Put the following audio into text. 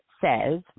says